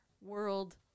World